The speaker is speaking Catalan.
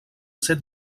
set